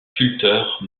sculpteurs